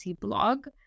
blog